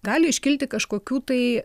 gali iškilti kažkokių tai